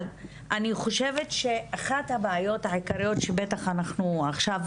אבל אני חושבת שאחת הבעיות שבטח אנחנו עכשיו